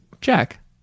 jack